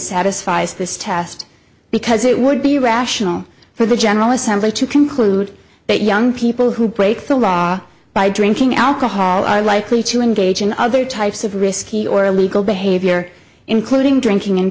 satisfies this test because it would be rational for the general assembly to conclude that young people who break the law by drinking alcohol are likely to engage in other types of risky or illegal behavior including drinking and